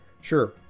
Sure